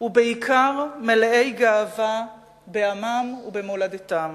ובעיקר, מלאי גאווה בעמם ובמולדתם.